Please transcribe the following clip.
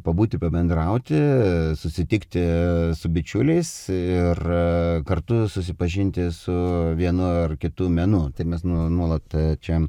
pabūti pabendrauti susitikti su bičiuliais ir kartu susipažinti su vienu ar kitu menu tai mes nuolat čia